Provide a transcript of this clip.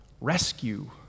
rescue